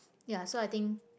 ya so I think